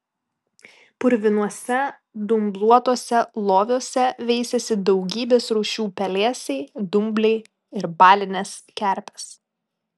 purvinuose dumbluotuose loviuose veisėsi daugybės rūšių pelėsiai dumbliai ir balinės kerpės